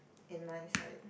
in my side